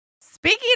Speaking